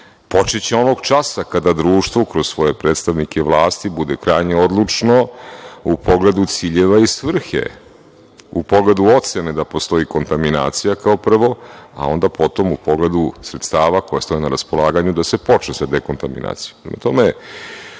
Počeće onog časa kada društvo kroz svoje predstavnike vlasti bude krajnje odlučno u pogledu ciljeva i svrhe u pogledu ocene da postoji kontaminacija, kao pravo, a onda potom u pogledu sredstava koja ostaju na raspolaganju da se počne sa dekontaminacijom. Prema